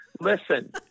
Listen